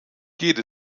geht